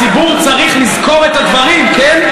הציבור צריך לזכור את הדברים, כן?